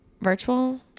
virtual